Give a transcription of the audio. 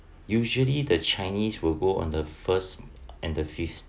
usually the chinese will go on the first and the fifth